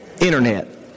Internet